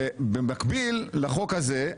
שבמקביל לחוק הזה,